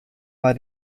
bei